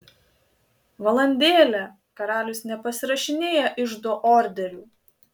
valandėlę karalius nepasirašinėja iždo orderių